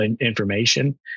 information